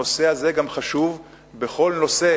הנושא הזה גם חשוב בכל נושא